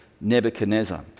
Nebuchadnezzar